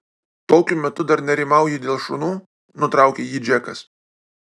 tokiu metu dar nerimauji dėl šunų nutraukė jį džekas